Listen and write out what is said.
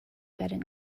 betting